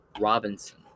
Robinson